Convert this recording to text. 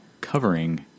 covering